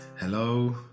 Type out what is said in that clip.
Hello